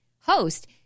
host